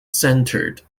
centred